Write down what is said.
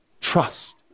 trust